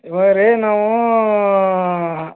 ಇವಾಗ ರೀ ನಾವು